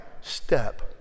step